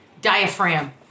Diaphragm